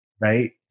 Right